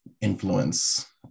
influence